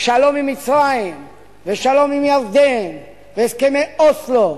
שלום עם מצרים ושלום עם ירדן והסכמי אוסלו,